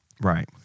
Right